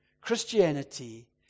Christianity